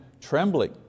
trembling